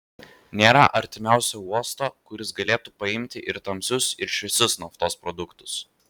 nėra artimiausio uosto kuris galėtų paimti ir tamsius ir šviesius naftos produktus